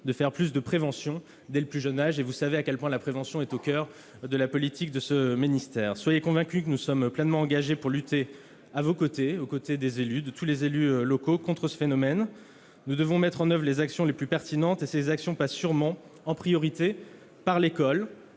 de la prévention, et ce dès le plus jeune âge, et vous savez à quel point la prévention est au coeur de la politique de ce ministère. Soyez convaincue que nous sommes pleinement engagés pour lutter à vos côtés, aux côtés de tous les élus locaux contre ce phénomène. Nous devons mettre en oeuvre les actions les plus pertinentes, et ces actions passent sûrement, en priorité, par l'école,